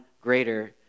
greater